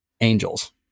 angels